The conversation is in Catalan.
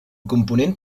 component